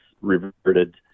reverted